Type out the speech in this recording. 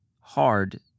hard